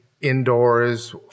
indoors